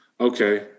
okay